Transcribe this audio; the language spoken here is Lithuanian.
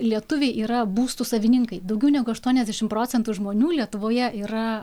lietuviai yra būstų savininkai daugiau negu aštuoniasdešim procentų žmonių lietuvoje yra